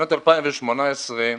שנת 2018 מסתמנת,